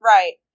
Right